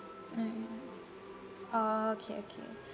I'm okay okay